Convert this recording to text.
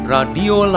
Radio